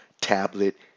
tablet